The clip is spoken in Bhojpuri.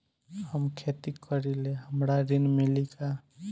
हम खेती करीले हमरा ऋण मिली का?